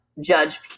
judge